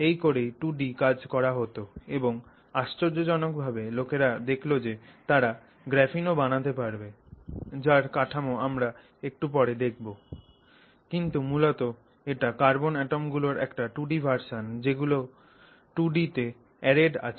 এই করেই 2 ডি কাজ করা হোতো এবং আশ্চর্যজনকভাবে লোকেরা দেখল যে তারা গ্রাফিন ও বানাতে পারবে যার কাঠামো আমরা একটু পরে দেখবো কিন্তু মূলত এটা কার্বন অ্যাটম গুলোর একটা 2 ডি ভার্সন যেগুলো 2 ডি তে অ্যারেড আছে